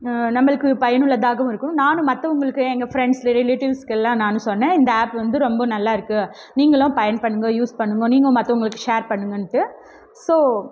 நம்மளுக்கு பயனுள்ளதாகவும் இருக்கும் நானும் மற்றவங்களுக்கு எங்கள் ஃப்ரெண்ட்ஸ்ஸு ரிலேட்டிவ்ஸ்க்கு எல்லாம் நானும் சொன்னேன் இந்த ஆப்பு வந்து ரொம்ப நல்லாயிருக்கு நீங்கெலாம் பயன் பண்ணுங்க யூஸ் பண்ணுங்க நீங்களும் மற்றவங்களுக்கு ஷேர் பண்ணுங்கன்ட்டு ஸோ